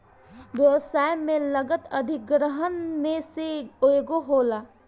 व्यवसाय में लागत अधिग्रहण में से एगो होला